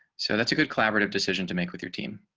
so that's a good collaborative decision to make with your team.